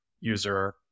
user